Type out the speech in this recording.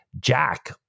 Jack